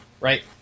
right